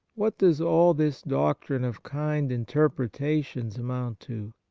what does all this doctrine of kind interpretations amount to?